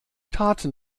taten